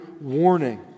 warning